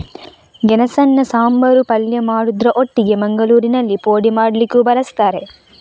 ಗೆಣಸನ್ನ ಸಾಂಬಾರು, ಪಲ್ಯ ಮಾಡುದ್ರ ಒಟ್ಟಿಗೆ ಮಂಗಳೂರಿನಲ್ಲಿ ಪೋಡಿ ಮಾಡ್ಲಿಕ್ಕೂ ಬಳಸ್ತಾರೆ